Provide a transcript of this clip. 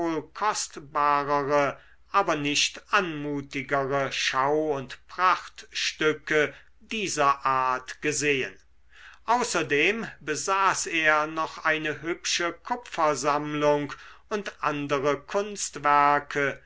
kostbarere aber nicht anmutigere schau und prachtstücke dieser art gesehen außerdem besaß er noch eine hübsche kupfersammlung und andere kunstwerke